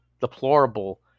deplorable